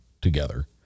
together